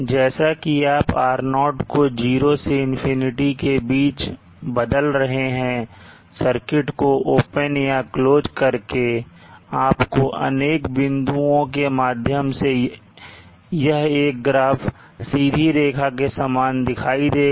जैसा कि आप R0 को 0 से infinity के बीच बदल रहे हैं सर्किट को ओपन या क्लोज कर के आपको अनेक बिंदुओं के माध्यम से यह ग्राफ एक सीधी रेखा के समान दिखाई देगा